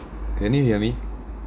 can you hear me